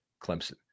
Clemson